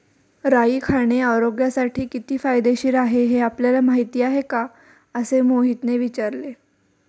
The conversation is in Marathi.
राई खाणे आरोग्यासाठी किती फायदेशीर आहे हे आपल्याला माहिती आहे का? असे मोहितने विचारले